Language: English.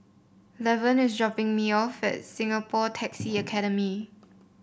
Lavern is dropping me off at Singapore Taxi Academy